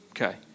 Okay